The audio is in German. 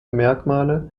merkmale